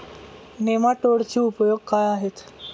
नेमाटोडचे उपयोग काय आहेत?